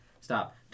stop